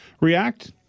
react